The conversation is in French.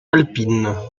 alpine